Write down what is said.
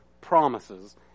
promises